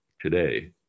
today